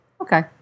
okay